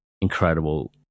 incredible